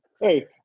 Hey